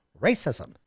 racism